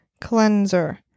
cleanser